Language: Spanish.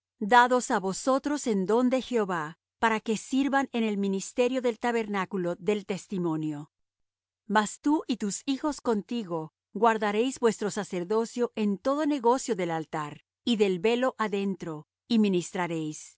dados á vosotros en don de jehová para que sirvan en el ministerio del tabernáculo del testimonio mas tú y tus hijos contigo guardaréis vuestro sacerdocio en todo negocio del altar y del velo adentro y ministraréis yo